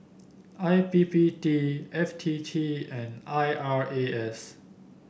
I P P T F T T and I R A S